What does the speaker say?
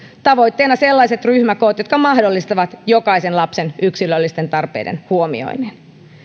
tavoitteena sellaiset ryhmäkoot jotka mahdollistavat jokaisen lapsen yksilöllisten tarpeiden huomioinnin